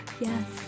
yes